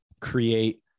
create